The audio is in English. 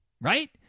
Right